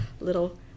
little